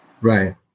Right